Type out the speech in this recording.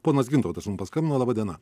ponas gintautas mum paskambino laba diena